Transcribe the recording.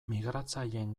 migratzaileen